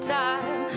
time